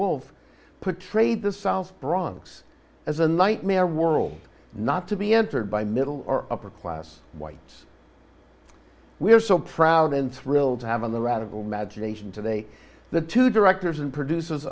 wolfe put trade the south bronx as a nightmare world not to be entered by middle or upper class whites we are so proud and thrilled to have in the radical magination today the two directors and producers